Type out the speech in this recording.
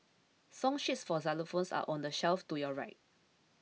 song sheets for xylophones are on the shelf to your right